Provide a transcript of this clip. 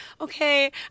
okay